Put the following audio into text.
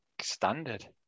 standard